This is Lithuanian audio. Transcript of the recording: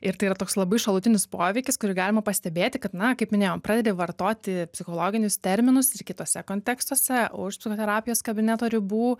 ir tai yra toks labai šalutinis poveikis kurį galima pastebėti kad na kaip minėjau pradedi vartoti psichologinius terminus ir kituose kontekstuose už psichoterapijos kabineto ribų